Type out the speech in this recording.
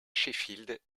sheffield